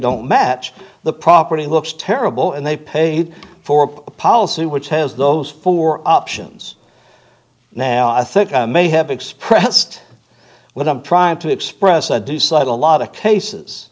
don't match the property looks terrible and they paid for a policy which has those four options now i think i may have expressed what i'm trying to express i do cite a lot of cases